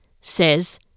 says